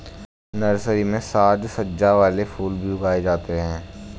nursery में साज सज्जा वाले फूल भी उगाए जाते हैं